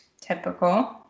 typical